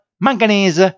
manganese